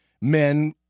men